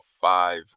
five